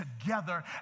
together